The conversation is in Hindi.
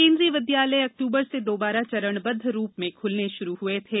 केन्द्रीय विद्यालय अक्टूबर से दोबारा चरणबद्व रूप में खुलने शुरू हुए थे